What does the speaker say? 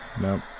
nope